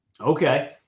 Okay